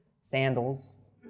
sandals